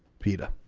peeta